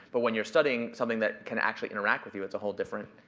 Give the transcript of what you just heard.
but when you're studying something that can actually interact with you, it's a whole different,